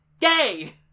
Gay